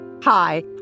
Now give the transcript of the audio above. Hi